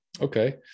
okay